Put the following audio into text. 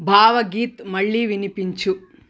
భావగీత్ మళ్ళీ వినిపించు